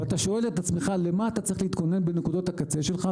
ואתה שואל את עצמך למה אתה צריך להתכונן בנקודות הקצה שלך.